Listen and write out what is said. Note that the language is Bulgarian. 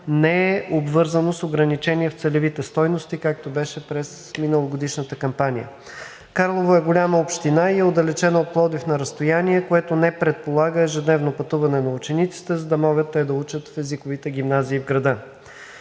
не е обвързано с ограничение в целевите стойности, както беше през миналогодишната кампания. Карлово е голяма община и е отдалечена от Пловдив на разстояние, което не предполага ежедневно пътуване на учениците, за да могат те да учат в езиковите гимназии в града.